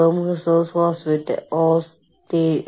കൂടാതെ ആസൂത്രണത്തിനെതിരെ കേസെടുക്കാൻ കഴിയില്ല